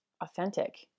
authentic